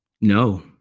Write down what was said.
no